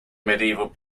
medieval